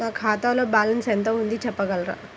నా ఖాతాలో బ్యాలన్స్ ఎంత ఉంది చెప్పగలరా?